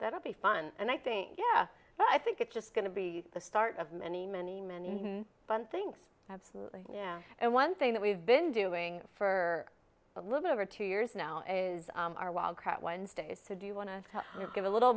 that'll be fun and i think yeah but i think it's just going to be the start of many many many fun things absolutely yeah and one thing that we've been doing for a little over two years now is our wildcat wednesdays to do you want to give a little